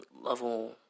level